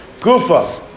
Kufa